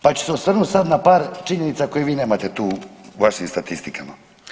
Pa ću se osvrnuti sad na par činjenica koje vi nemate tu u vašim statistikama.